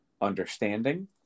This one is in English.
understanding